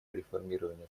реформирования